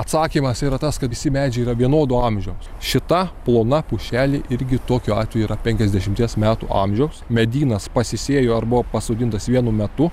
atsakymas yra tas kad visi medžiai yra vienodo amžiaus šita plona pušelė irgi tokiu atveju yra penkiasdešimties metų amžiaus medynas pasisėjo ar buvo pasodintas vienu metu